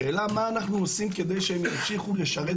השאלה מה אנחנו עושים כדי שהם ימשיכו לשרת.